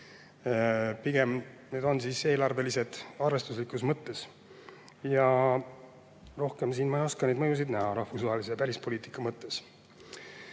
pigem on need eelarvelised arvestuslikus mõttes, ja rohkem ma ei oska neid mõjusid näha rahvusvahelise välispoliitika mõttes.